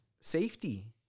safety